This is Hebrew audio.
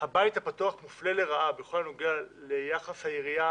הבית הפתוח מופלה לרעה בכל הנוגע ליחס העירייה